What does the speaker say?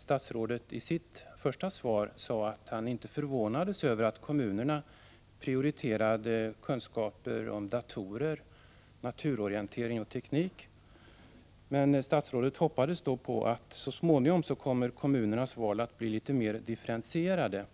Statsrådet sade i sitt första anförande att han inte förvånades över att kommunerna prioriterade kunskaper om datorer, naturorientering och teknik. Men statsrådet hoppades att kommunernas val så småningom kommer att bli litet mer differentierade.